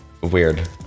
weird